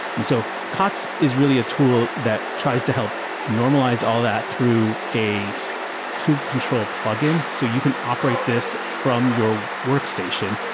and so kots is really a tool that tries to help normalize all that through a kub control plug-in so you can operate this from your workstation.